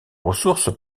ressources